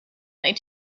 they